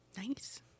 Nice